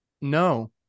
No